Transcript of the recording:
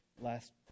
Last